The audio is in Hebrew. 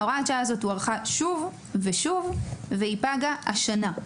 הוראת השעה הזו הוארכה שוב ושוב והיא פגה השנה.